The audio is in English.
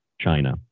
china